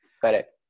Correct